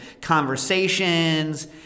conversations